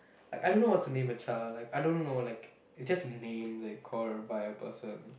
I I don't know what to name a child like I don't know like it's just a name that called by a person